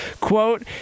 Quote